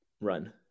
run